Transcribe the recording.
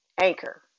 Anchor